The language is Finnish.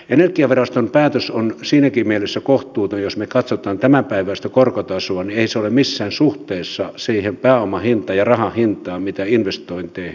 energiaviraston päätös on siinäkin mielessä kohtuuton että jos me katsomme tämänpäiväistä korkotasoa niin ei se ole missään suhteessa siihen pääoman hintaan ja rahan hintaan mitä investointeihin on saatavilla